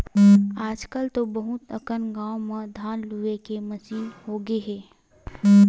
आजकल तो बहुत अकन गाँव म धान लूए के मसीन होगे हे